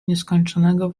nieskończonego